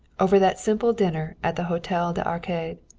over that simple dinner at the hotel des arcades.